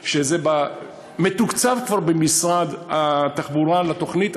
שמתוקצב כבר במשרד התחבורה לתוכנית,